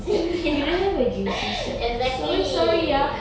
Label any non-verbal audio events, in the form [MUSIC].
[LAUGHS] ya exactly